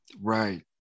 Right